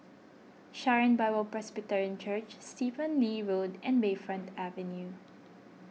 Sharon Bible Presbyterian Church Stephen Lee Road and Bayfront Avenue